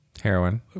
Heroin